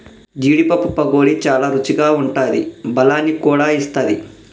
జీడీ పప్పు పకోడీ చాల రుచిగా ఉంటాది బలాన్ని కూడా ఇస్తది